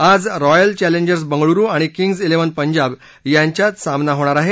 आज Royal Challengers Bengaluru आणि Kings Eleven Punjab यांच्यात सामना होणार आहे